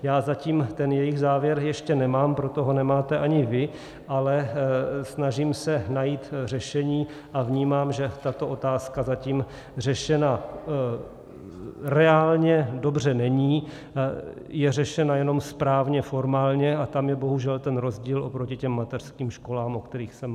Já zatím ten jejich závěr ještě nemám, proto ho nemáte ani vy, ale snažím se najít řešení a vnímám, že tato otázka zatím řešena reálně dobře není, je řešena jenom správně formálně, a tam je bohužel ten rozdíl oproti těm mateřským školám, o kterých jsem mluvil.